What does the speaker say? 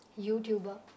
YouTuber